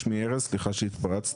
שמי ארז, סליחה שהתפרצתי.